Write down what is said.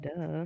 duh